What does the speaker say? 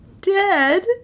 Dead